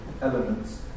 elements